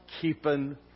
keeping